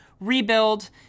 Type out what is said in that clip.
rebuild